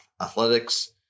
athletics